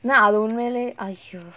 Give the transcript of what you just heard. நா அது உண்மைலயே:na athu unmailayae !aiyo!